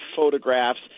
photographs